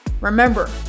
Remember